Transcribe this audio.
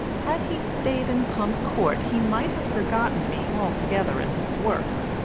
had he stayed in pump court he might have forgotten me altogether in his work,